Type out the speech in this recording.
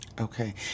Okay